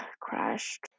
crashed